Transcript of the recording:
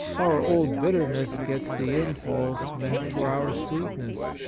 our old bitterness gets the impulse meant for our sweetness,